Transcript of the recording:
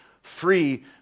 free